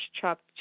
chopped